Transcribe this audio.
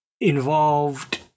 involved